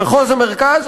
במחוז המרכז,